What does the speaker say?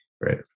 right